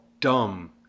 dumb